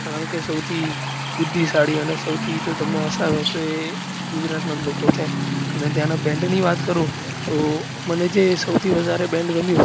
કારણ કે સૌથી બુદ્ધિશાળી અને સૌથી જો તમને હસાવે તો એ ગુજરાતના જ લોકો છે અને ત્યાંના બેન્ડની વાત કરું તો જે સૌથી વધારે બેન્ડ ગમ્યું